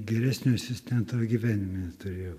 geresnio asistento gyvenime neturėjau